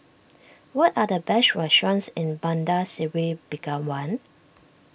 what are the best restaurants in Bandar Seri Begawan